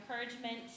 encouragement